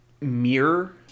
mirror